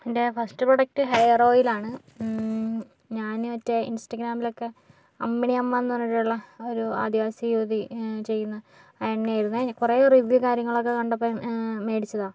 എൻ്റെ first product hair ഓയിലാണ് ഞാൻ മറ്റേ ഇൻസ്റ്റാഗ്രാമിലൊക്കെ അമ്മിണിയമ്മ ഏന്ന് പറഞ്ഞിട്ടുള്ള ഒരു ആദിവാസി യുവതി ചെയ്യുന്ന എണ്ണയായിരുന്നു കുറേ റിവ്യൂവും കാര്യങ്ങളൊക്കെ കണ്ടപ്പോൾ മേടിച്ചതാ